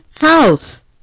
house